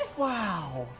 wow.